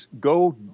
go